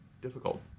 difficult